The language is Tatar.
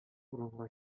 урынга